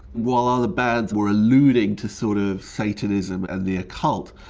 while other bands were alluding to sort of, satanism and the occult,